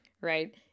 right